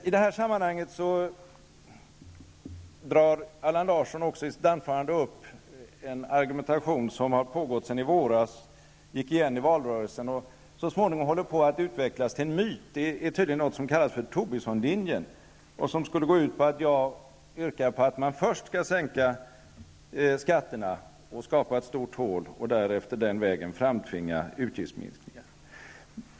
I detta sammanhang drar Allan Larsson i sitt anförande upp även en argumentation som har pågått sedan i våras, som gick igen i valrörelsen och som så småningom håller på att utvecklas till en myt och som tydligen kallas för Tobissonlinjen. Den skulle gå ut på att jag yrkar på att man först skall sänka skatterna och skapa ett stort hål och därefter framtvinga utgiftsminskningar.